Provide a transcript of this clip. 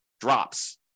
drops